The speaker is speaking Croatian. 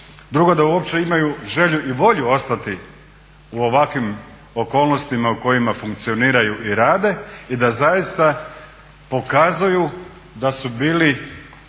drugo da uopće imaju želju i volju ostati u ovakvim okolnostima u kojima funkcioniraju i rade i da zaista pokazuju da su bili